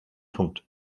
punkt